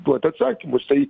duot atsakymus tai